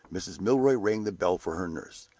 mrs. milroy rang the bell for her nurse.